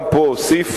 גם פה אוסיף,